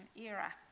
era